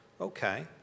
Okay